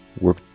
work